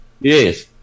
Yes